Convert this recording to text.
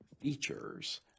features